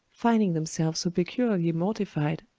finding themselves so peculiarly mortified,